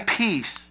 peace